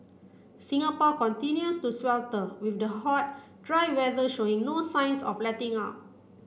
Singapore continues to swelter with the hot dry weather showing no signs of letting up